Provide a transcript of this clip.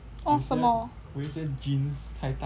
oh 什么